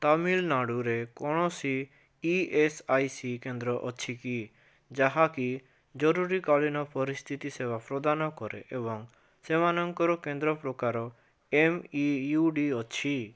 ତାମିଲନାଡ଼ୁରେ କୌଣସି E S I C କେନ୍ଦ୍ର ଅଛି କି ଯାହାକି ଜରୁରୀକାଳୀନ ପରିସ୍ଥିତି ସେବା ପ୍ରଦାନ କରେ ଏବଂ ସେମାନଙ୍କର କେନ୍ଦ୍ର ପ୍ରକାର ଏମ୍ ଇ ୟୁ ଡ଼ି ଅଛି